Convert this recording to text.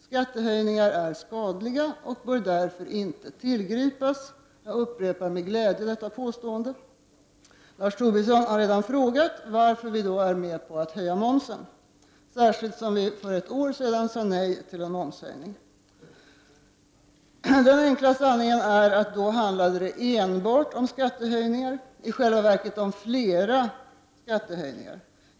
Skattehöjningar är skadliga och bör därför inte tillgripas. Jag upprepar med glädje detta påstående. Lars Tobisson har redan frågat varför vi då är med på att höja momsen, särskilt som vi för ett år sedan sade nej till en momshöjning. Den enkla sanningen är att det då handlade enbart om en skattehöjning, i själva verket om flera skattehöjningar.